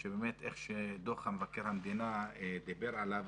איך שדוח מבקר המדינה דיבר על זה,